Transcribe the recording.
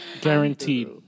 Guaranteed